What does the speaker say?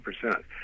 percent